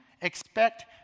expect